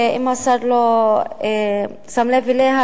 שאם השר לא שם לב אליה,